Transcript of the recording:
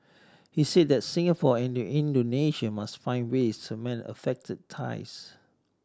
he said that Singapore and Indonesia must find ways to mend affected ties